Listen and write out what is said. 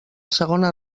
segona